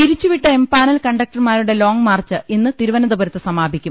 പിരിച്ചുവിട്ട എംപാനൽ കണ്ടക്ടർമാരുടെ ലോംഗ്മാർച്ച് ഇന്ന് തിരുവനന്തപുരത്ത് സമാപിക്കും